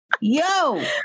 yo